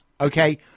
okay